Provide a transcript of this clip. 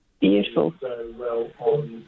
beautiful